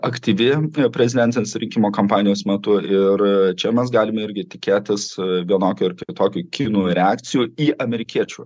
aktyvi prie prezidentinės rinkimų kampanijos metu ir čia mes galime irgi tikėtis vienokio ar kitokio kinų reakcijų į amerikiečių